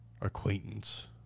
acquaintance